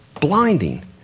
Blinding